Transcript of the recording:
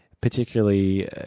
particularly